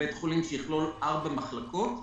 שיכלול ארבע מחלקות,